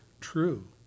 true